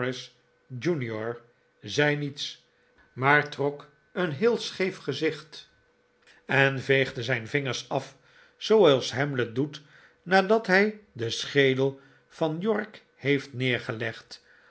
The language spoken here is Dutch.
zei niets maar trok een heel scheef gezicht en veegde zijn l voorstanders van de afsehaffing der slavernij generaal fladdock vingers af zooals hamlet doet nadat hij den schedel van yorick heeft neergelegd